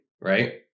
right